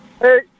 Hey